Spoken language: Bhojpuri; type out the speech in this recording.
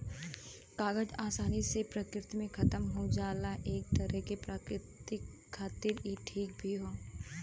कागज आसानी से प्रकृति में खतम हो जाला एक तरे से प्रकृति खातिर इ ठीक भी हौ